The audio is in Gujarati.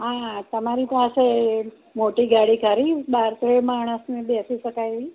હા તમારી પાસે મોટી ગાડી ખરી બાર તેર માણસને બેસી શકાય એવી